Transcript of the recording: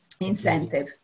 Incentive